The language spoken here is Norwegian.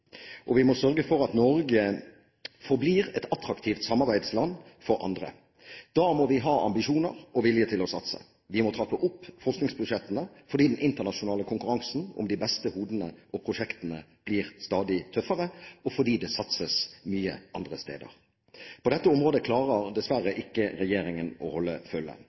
Og vi må sørge for at Norge forblir et attraktivt samarbeidsland for andre. Da må vi ha ambisjoner og vilje til å satse. Vi må trappe opp forskningsbudsjettene fordi den internasjonale konkurransen om de beste hodene og prosjektene blir stadig tøffere, og fordi det satses mye andre steder. På dette området klarer dessverre ikke regjeringen å holde følge.